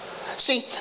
See